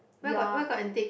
where got where got antique